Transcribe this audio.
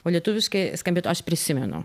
o lietuviškai skambėtų aš prisimenu